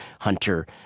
Hunter